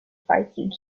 fighting